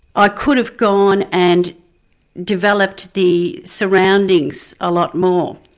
i could have gone and developed the surroundings a lot more,